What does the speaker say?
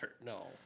No